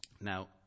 Now